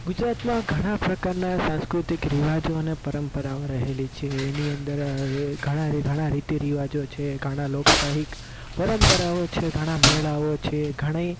ગુજરાતમાં ઘણા પ્રકારના સાંસ્કૃતિક રિવાજો અને પરંપરાઓ રહેલી છે એની અંદર આ એ ઘણા ઘણા રીતિરિવાજો છે ઘણા લોકસાહિક પરંપરાઓ છે ઘણા મેળાઓ છે ઘણી